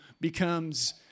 becomes